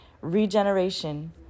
regeneration